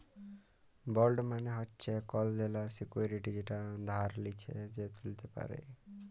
bond মালে হচ্যে কল দেলার সিকুইরিটি যেটা যে ধার লিচ্ছে সে ত্যুলতে পারে